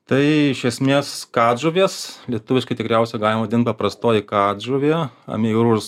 tai iš esmės katžuvės lietuviškai tikriausia galim vadint paprastoji katžuvė ameiurus